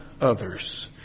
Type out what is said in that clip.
others